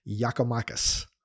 Yakomakis